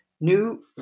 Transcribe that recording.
new